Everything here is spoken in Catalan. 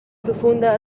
profunda